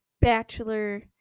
Bachelor